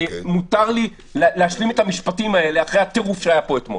מותר להשלים את המשפטים האלה אחרי הטירוף שהיה פה אתמול.